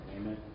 Amen